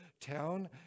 town